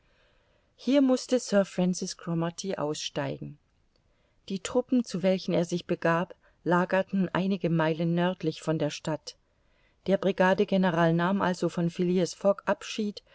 hier mußte sir francis cromarty aussteigen die truppen zu welchen er sich begab lagerten einige meilen nördlich von der stadt der brigadegeneral nahm also von phileas fogg abschied